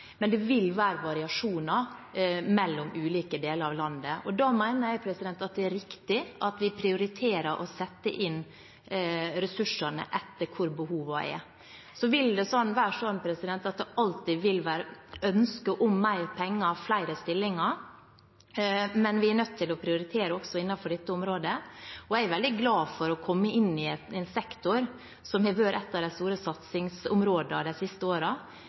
Men det vil være variasjon mellom ulike deler av landet. Da mener jeg det er riktig at vi prioriterer og setter inn ressursene etter hvor behovene er. Det vil alltid være et ønske om mer penger og flere stillinger, men vi er nødt til å prioritere også innenfor dette området. Jeg er veldig glad for å komme inn i en sektor som har vært et av de store satsingsområdene de siste